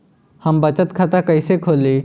हम बचत खाता कइसे खोलीं?